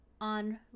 on